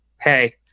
hey